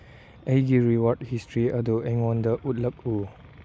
ꯑꯩꯒꯤ ꯔꯤꯋꯔꯠ ꯍꯤꯁꯇ꯭ꯔꯤ ꯑꯗꯨ ꯑꯩꯉꯣꯟꯗ ꯎꯠꯂꯛꯎ